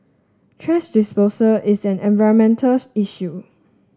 thrash disposal is an environmental issue